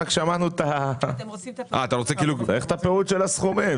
צריך להגיד את הפירוט של הסכומים.